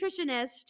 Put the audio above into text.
nutritionist